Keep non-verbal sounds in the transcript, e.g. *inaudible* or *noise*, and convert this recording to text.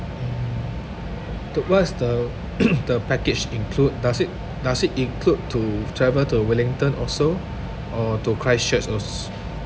mm to what's the *coughs* the package include does it does it include to travel to wellington also or to christchurch als~